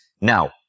Now